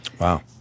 Wow